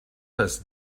heißt